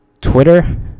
twitter